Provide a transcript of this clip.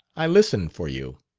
i listened for you.